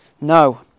No